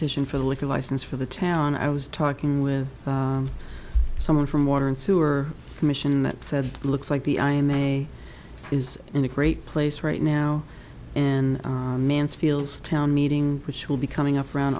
petition for a liquor license for the town i was talking with someone from water and sewer commission that said looks like the i m a is in a great place right now and mansfield's town meeting which will be coming up around